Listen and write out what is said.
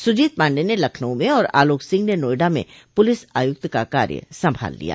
सुजीत पांडे ने लखनऊ में और आलोक सिंह ने नोएडा में पुलिस आयुक्त का कार्य संभाल लिया